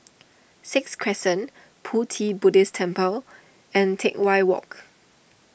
Sixth Crescent Pu Ti Buddhist Temple and Teck Whye Walk